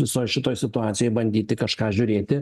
visoj šitoj situacijoj bandyti kažką žiūrėti